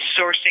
sourcing